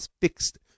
fixed